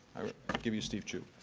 i give you steve chu.